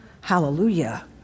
Hallelujah